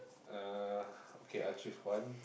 uh okay I'll choose one